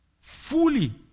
fully